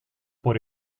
por